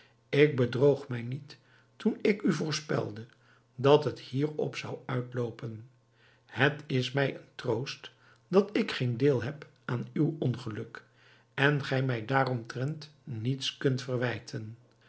ik bedroog mij niet toen ik u voorspelde dat het hierop zou uitloopen het is mij een troost dat ik geen deel heb aan uw ongeluk en gij mij daaromtrent niets kunt verwijten